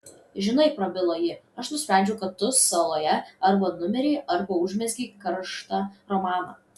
žinai prabilo ji aš nusprendžiau kad tu saloje arba numirei arba užmezgei karštą romaną